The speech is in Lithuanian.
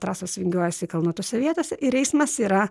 trasos vingiuojasi kalnuotose vietose ir eismas yra